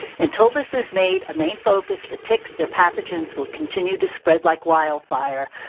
until this is made a main focus, the ticks, their pathogens will continue to spread like wildfire,